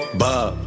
bob